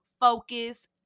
focus